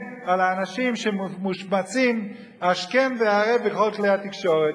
על האנשים שמושמצים השכם והערב בכל כלי התקשורת,